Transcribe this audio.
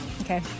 Okay